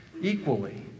equally